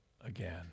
again